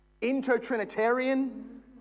inter-Trinitarian